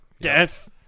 death